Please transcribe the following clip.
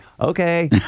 Okay